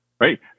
right